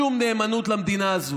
שום נאמנות למדינה הזו.